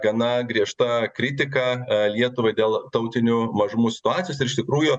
gana griežta kritika lietuvai dėl tautinių mažumų situacijos ir iš tikrųjų